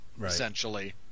essentially